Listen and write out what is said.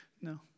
No